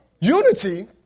Unity